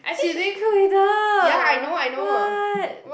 she doing crew leader [what]